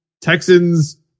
Texans